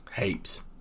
Heaps